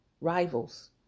rivals